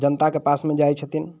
जनताके पासमे जाइत छथिन